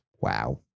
Wow